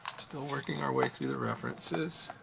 still working our way through the references.